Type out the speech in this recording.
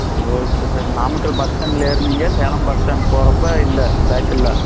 okay sir Namakkal bus ஸ்டாண்டில் ஏறுனீங்க Salem bus stand போகிறப்ப இல்லை பேக் இல்லை